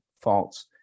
false